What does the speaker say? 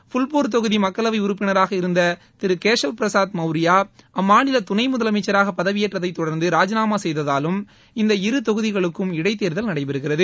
ஃபுல்பூர் தொகுதி மக்களவை உறுப்பினராக இருந்த திரு கேசவ்பிரசாத் மௌரியா அம்மாநில துணை முதலமைச்சராக பதவியேற்றதைத் தொடர்ந்து ராஜினாமா செய்ததாலும் இந்த இருதொகுதிகளுக்கும் இடைத்தேர்தல் நடைபெறுகிறது